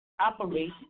operate